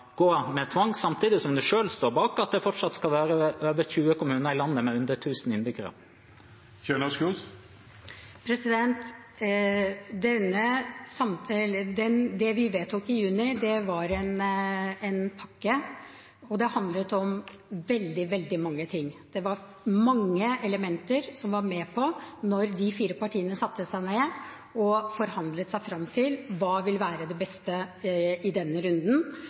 gå med tvang, samtidig som hun selv står bak at det fortsatt skal være 20 kommuner i landet med under 1 000 innbyggere? Det vi vedtok i juni, var en pakke, og det handlet om veldig mange ting. Det var mange elementer som var med da de fire partiene satte seg ned og forhandlet seg frem til hva som vil være det beste i denne runden